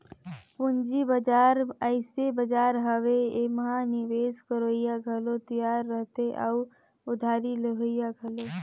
पंूजी बजार अइसे बजार हवे एम्हां निवेस करोइया घलो तियार रहथें अउ उधारी लेहोइया घलो